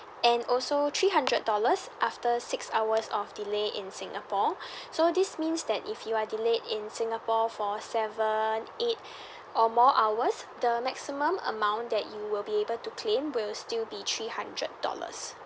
and also three hundred dollars after six hours of delay in singapore so this means that if you are delayed in singapore for seven eight or more hours the maximum amount that you will be able to claim will still be three hundred dollars